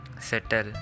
settle